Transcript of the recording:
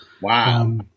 Wow